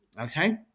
Okay